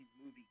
movie